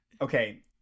Okay